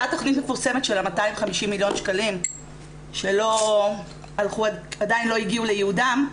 אותה תכנית מפורסמת של ה-250 מיליון שקלים שעדיין לא הגיעו לייעדם,